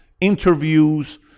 interviews